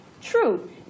True